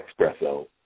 Expresso